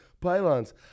pylons